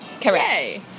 Correct